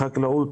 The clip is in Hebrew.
חקלאות.